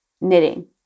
knitting